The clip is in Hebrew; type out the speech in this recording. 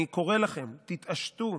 אני קורא לכם: תתעשתו,